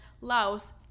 Laos